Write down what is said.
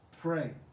Pray